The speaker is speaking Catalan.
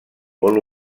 vol